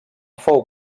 fou